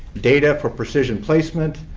data for precision placement,